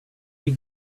you